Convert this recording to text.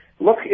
Look